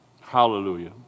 Hallelujah